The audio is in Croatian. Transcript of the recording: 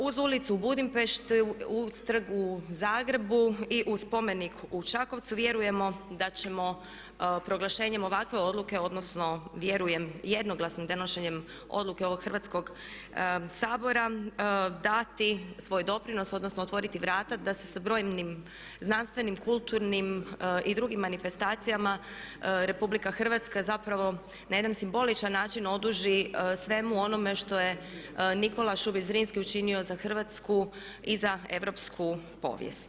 Uz ulicu u Budimpešti, uz trg u Zagrebu i uz spomenik u Čakovcu vjerujemo da ćemo proglašenjem ovakve odluke, odnosno vjerujem jednoglasnim donošenjem odluke ovog Hrvatskog sabora dati svoj doprinos, odnosno otvoriti vrata da se sa brojnim znanstvenim, kulturnim i drugim manifestacijama Republika Hrvatska zapravo na jedan simboličan način oduži svemu onome što je Nikola Šubić Zrinski učinio za Hrvatsku i za europsku povijest.